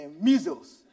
measles